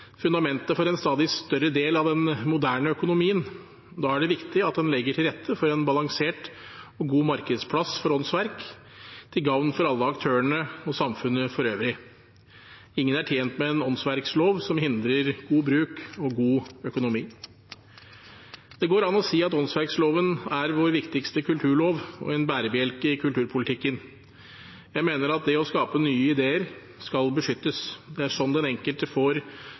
fundamentet for en stadig større del av den moderne økonomien. Da er det viktig at den legger til rette for en balansert og god markedsplass for åndsverk, til gavn for alle aktørene og samfunnet for øvrig. Ingen er tjent med en åndsverklov som hindrer god bruk og god økonomi. Det går an å si at åndsverkloven er vår viktigste kulturlov og en bærebjelke i kulturpolitikken. Jeg mener at det å skape nye ideer skal beskyttes. Det er sånn den enkelte får